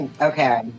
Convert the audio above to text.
Okay